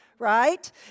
Right